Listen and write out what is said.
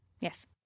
Yes